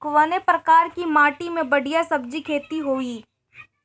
कवने प्रकार की माटी में बढ़िया सब्जी खेती हुई?